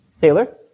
Taylor